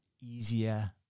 easier